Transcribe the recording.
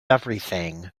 everything